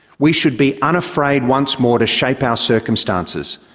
we should be unafraid once more to shape our circumstances,